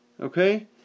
Okay